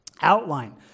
outline